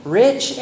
rich